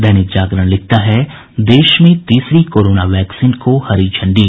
दैनिक जागरण लिखता है देश में तीसरी कोरोना वैक्सीन को हरी झंडी